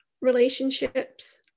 relationships